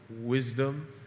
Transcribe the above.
wisdom